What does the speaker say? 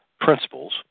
principles